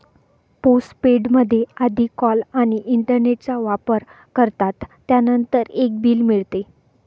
postpaid मध्ये आधी call आणि इंटरनेटचा वापर करतात, त्यानंतर एक बिल मिळते